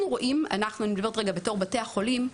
אני מדברת רגע בתור בתי החולים,